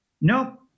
Nope